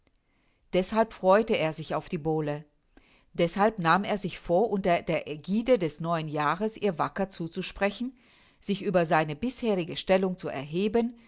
deßhalb freute er sich auf die bowle deßhalb nahm er sich vor unter der aegide des neuen jahres ihr wacker zuzusprechen sich über seine bisherige stellung zu erheben